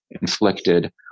inflicted